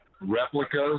replicas